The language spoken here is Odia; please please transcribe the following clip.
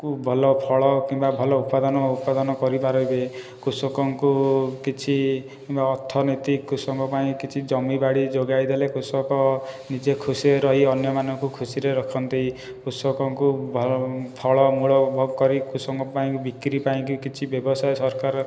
କୁ ଭଲ ଫଲ କିମ୍ବା ଭଲ ଉତ୍ପାଦନ ଉତ୍ପାଦନ କରିପାରିବେ କୃଷକଙ୍କୁ କିଛି ବା ଅର୍ଥ ନୀତି କୃଷକଙ୍କ ପାଇଁ କିଛି ଜମି ବାଡ଼ି ଯୋଗାଇ ଦେଲେ କୃଷକ ନିଜେ ଖୁସିରେ ରହି ଅନ୍ୟମାନଙ୍କୁ ଖୁସିରେ ରଖନ୍ତି କୃଷକଙ୍କୁ ଭଲ ଫଲ ମୂଳ ଉପଭୋଗ କରି କୃଷକଙ୍କ ପାଇଁ ବିକ୍ରି ପାଇଁ କି କିଛି ବ୍ୟବସାୟ ସରକାର